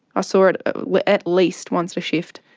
ah sort of like at least once a shift.